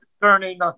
concerning